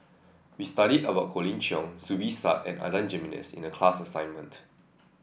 we studied about Colin Cheong Zubir Said and Adan Jimenez in the class assignment